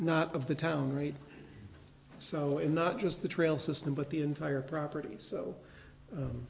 not of the town right so in not just the trail system but the entire property so